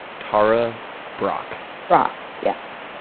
tara brach. brach, yes.